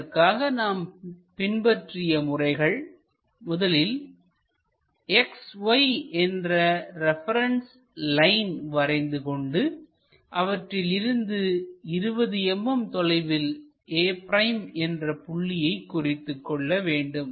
அதற்காக நாம் பின்பற்றிய முறைகள் முதலில் XY என்ற ரெபரன்ஸ் லைன் வரைந்து கொண்டு அவற்றில் இருந்து 20 mm தொலைவில் a' என்ற புள்ளியை குறித்துக்கொள்ள வேண்டும்